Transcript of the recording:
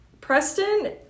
Preston